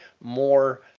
more